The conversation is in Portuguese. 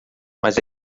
mas